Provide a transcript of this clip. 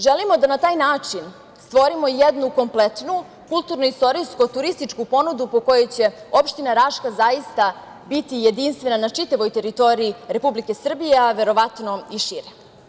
Želimo da na taj način stvorimo jednu kompletnu kulturno-istorijsko-turističku ponudu po kojoj će opština Raška biti jedinstvena na čitavoj teritoriji Republike Srbije, a verovatno i šire.